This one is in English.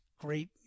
great